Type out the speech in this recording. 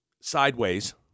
Sideways